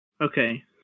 Okay